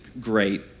great